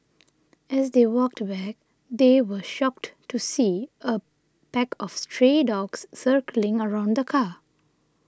as they walked back they were shocked to see a pack of stray dogs circling around the car